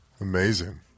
Amazing